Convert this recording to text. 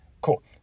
cool